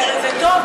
זה טוב,